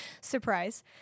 Surprise